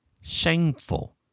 shameful